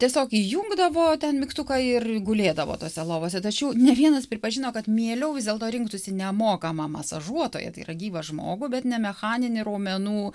tiesiog įjungdavo ten mygtuką ir gulėdavo tose lovose tačiau ne vienas pripažino kad mieliau vis dėlto rinktųsi nemokamą masažuotoją tai yra gyvą žmogų bet ne mechaninį raumenų